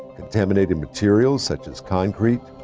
contaminated materials, such as concrete,